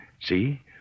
See